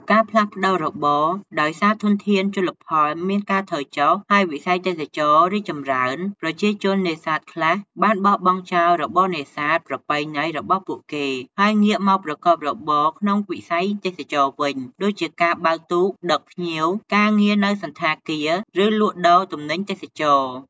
ការផ្លាស់ប្តូររបរ ដោយសារធនធានជលផលមានការថយចុះ ហើយវិស័យទេសចរណ៍រីកចម្រើន ប្រជាជននេសាទខ្លះបាន បោះបង់ចោលរបរនេសាទ ប្រពៃណីរបស់ពួកគេ ហើយងាកមកប្រកបរបរក្នុងវិស័យទេសចរណ៍វិញ ដូចជាការបើកទូកដឹកភ្ញៀវ ការងារនៅសណ្ឋាគារ ឬលក់ដូរទំនិញទេសចរណ៍។